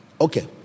Okay